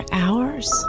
hours